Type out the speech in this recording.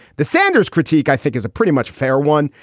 the sanders critique, i think is pretty much fair one.